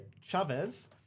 Chavez